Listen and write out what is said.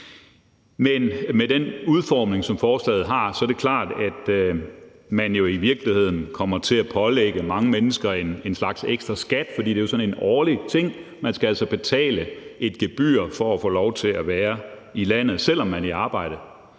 Men med den udformning, som forslaget har, er det klart, at man jo i virkeligheden kommer til at pålægge mange mennesker en slags ekstra skat, fordi det jo er sådan en årlig ting. Man skal altså betale et gebyr for at få lov til at være i landet, selv om man er i arbejde.